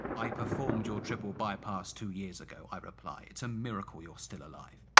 i performed your triple bypass two years ago, i reply, it's a miracle you're still alive.